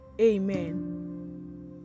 Amen